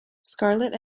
scarlett